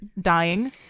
dying